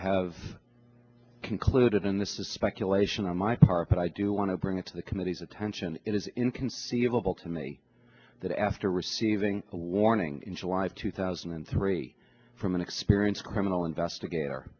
have concluded and this is speculation on my part but i do want to bring it to the committee's attention it is inconceivable to me that after receiving a warning in july of two thousand and three from an experienced criminal investigator